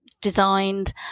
designed